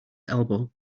elbow